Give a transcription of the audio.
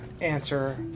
answer